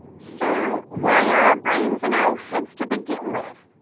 so why are our brains in our heads to begin with?